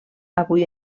avui